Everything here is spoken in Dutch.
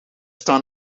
staan